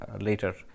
later